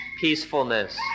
peacefulness